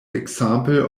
example